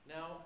Now